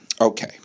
Okay